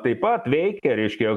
taip pat veikia reiškia